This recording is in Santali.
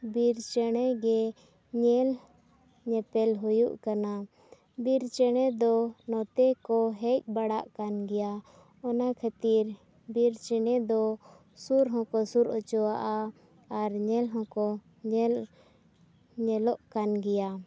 ᱵᱤᱨ ᱪᱮᱬᱮ ᱜᱮ ᱧᱮᱞ ᱧᱮᱯᱮᱞ ᱦᱩᱭᱩᱜ ᱠᱟᱱᱟ ᱵᱤᱨ ᱪᱮᱬᱮ ᱫᱚ ᱱᱚᱛᱮ ᱠᱚ ᱦᱮᱡ ᱵᱟᱲᱟᱜ ᱠᱟᱱ ᱜᱮᱭᱟ ᱚᱱᱟ ᱠᱷᱟᱹᱛᱤᱨ ᱵᱤᱨ ᱪᱮᱬᱮ ᱫᱚ ᱥᱩᱨ ᱦᱚᱸᱠᱚ ᱥᱩᱨ ᱚᱪᱚᱣᱟᱜᱼᱟ ᱟᱨ ᱧᱮᱞ ᱦᱚᱸᱠᱚ ᱧᱮᱞ ᱧᱮᱞᱚᱜ ᱠᱟᱱ ᱜᱮᱭᱟ